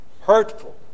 hurtful